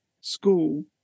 school